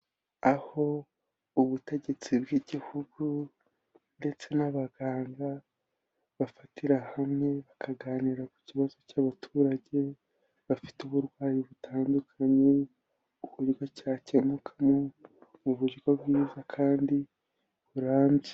Aho ubutegetsi bw'Igihugu ndetse n'abaganga bafatira hamwe bakaganira ku kibazo cy'abaturage bafite uburwayi butandukanye, uburyo cyakemukamo mu buryo bwiza kandi burambye.